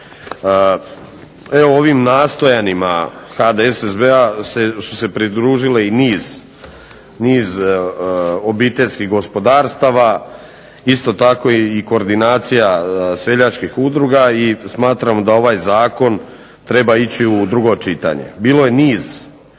Evo ovim nastojanjima HDSSB-a su se pridružile i niz obiteljskih gospodarstava, isto tako i koordinacija seljačkih udruga i smatram da ovaj Zakon treba ići u drugo čitanje. Bilo je niz